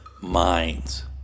minds